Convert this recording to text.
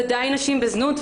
ודאי נשים בזנות,